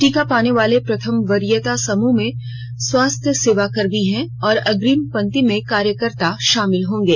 टीका पाने वाले प्रथम वरीयता समूह में स्वास्थ्य र्सवा कर्मचारी और अंग्रिम पंक्ति के कार्यकर्ता शामिल होंगे